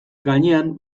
gainean